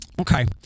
Okay